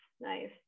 nice